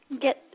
get